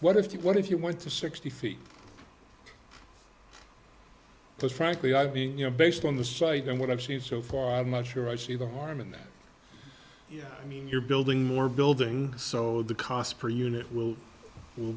what if what if you went to sixty feet because frankly i'd be you know based on the site and what i've seen so far i'm not sure i see the harm in that you know i mean you're building more buildings so the cost per unit will